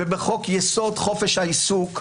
ובחוק-יסוד: חופש העיסוק.